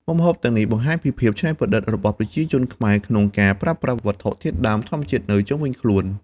មុខម្ហូបទាំងនេះបង្ហាញពីភាពច្នៃប្រឌិតរបស់ប្រជាជនខ្មែរក្នុងការប្រើប្រាស់វត្ថុធាតុដើមធម្មជាតិនៅជុំវិញខ្លួន។